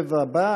הסבב הבא,